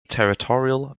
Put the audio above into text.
territorial